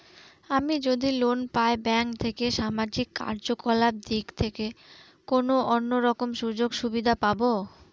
আমি যদি লোন পাই ব্যাংক থেকে সামাজিক কার্যকলাপ দিক থেকে কোনো অন্য রকম সুযোগ সুবিধা পাবো?